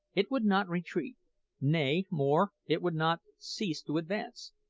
it would not retreat nay, more, it would not cease to advance,